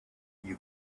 you